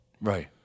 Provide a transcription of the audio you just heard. Right